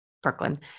Brooklyn